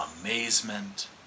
amazement